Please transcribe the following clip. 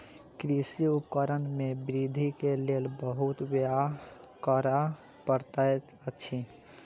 कृषि उपकरण में वृद्धि के लेल बहुत व्यय करअ पड़ैत अछि